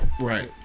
right